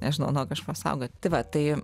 nežinau nuo kažko saugot tai va tai